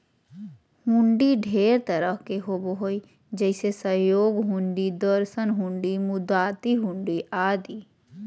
हुंडी ढेर तरह के होबो हय जैसे सहयोग हुंडी, दर्शन हुंडी, मुदात्ती हुंडी आदि